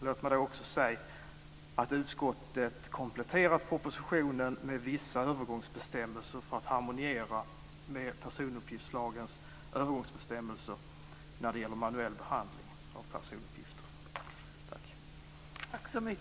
Låt mig också säga att utskottet har kompletterat propositionen med vissa övergångsbestämmelser för att det ska harmoniera med personuppgiftslagens övergångsbestämmelser när det gäller manuell behandling av personuppgifter. Tack!